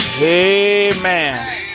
amen